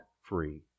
free